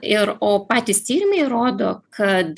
ir o patys tyrimai rodo kad